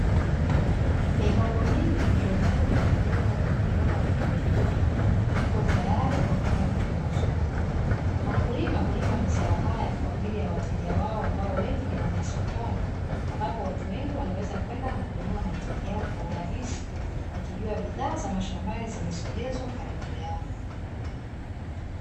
Mihogo mingi iliyovunwa na kuwekwa kwenye viroba vidogovidogo, iko tayari kwa kwenda kuuzwa. Wakulima hulima mazao haya kwa ajili ya wateja wao ambao wengi ni wa masokoni, ambapo watu wengi wanaweza kwenda na kununua mahitaji yao kwa urahisi, wakijua bidhaa za mashambani zimesogezwa karibu yao.